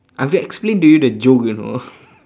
I have to explain to you the joke you know